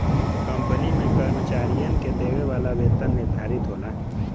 company में कर्मचारियन के देवे वाला वेतन निर्धारित होला